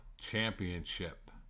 Championship